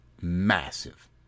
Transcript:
massive